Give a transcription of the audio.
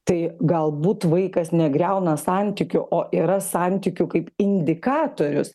tai galbūt vaikas negriauna santykių o yra santykių kaip indikatorius